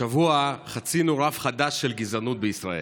השבוע חצינו רף חדש של גזענות בישראל,